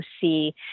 see